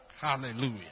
Hallelujah